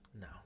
no